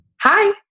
Hi